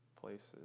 places